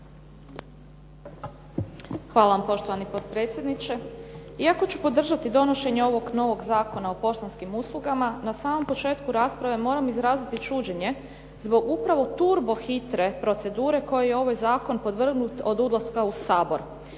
Hvala vam. Poštovani potpredsjedniče. Iako ću podržati donošenje ovog novog Zakona o poštanskim uslugama na samom početku rasprave moram izraziti čuđenje zbog upravo turbo hitre procedure kojoj je ovaj zakon podvrgnut od ulaska u Sabor.